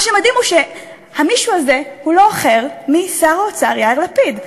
מה שמדהים הוא שהמישהו הזה הוא לא אחר משר האוצר יאיר לפיד.